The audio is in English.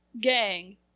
gang